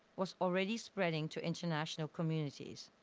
was already spreading to international communities,